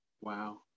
Wow